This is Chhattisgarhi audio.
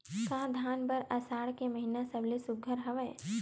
का धान बर आषाढ़ के महिना सबले सुघ्घर हवय?